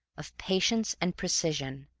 of patience and precision,